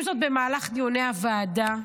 עם זאת, במהלך דיוני הוועדה,